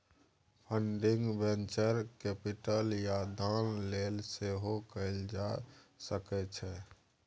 funding venture capital या दान लेल सेहो कएल जा सकै छै